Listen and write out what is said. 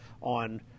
on